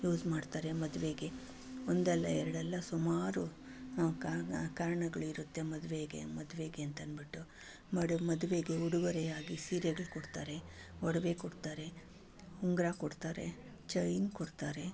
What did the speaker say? use ಮಾಡ್ತಾರೆ ಮದುವೆಗೆ ಒಂದಲ್ಲ ಎರಡಲ್ಲ ಸುಮಾರು ಆ ಕಾರಣ ಕಾರಣಗಳಿರುತ್ತೆ ಮದುವೆಗೆ ಮದುವೆಗೆ ಅಂತಂದ್ಬಿಟ್ಟು ಮಾಡೋ ಮದುವೆಗೆ ಉಡುಗೊರೆಯಾಗಿ ಸೀರೆಗಳು ಕೊಡ್ತಾರೆ ಒಡವೆ ಕೊಡ್ತಾರೆ ಉಂಗುರ ಕೊಡ್ತಾರೆ ಚೈನ್ ಕೊಡ್ತಾರೆ